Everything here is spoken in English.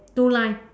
two line